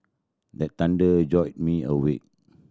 the thunder jolt me awake